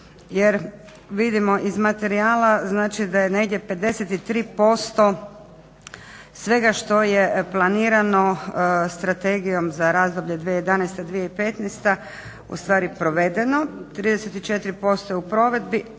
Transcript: jer vidimo iz materijala znači da je negdje 53% svega što je planirano strategijom za razdoblje 2011.-2015. ustvari provedeno, 34% u provedbi,